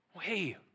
Hey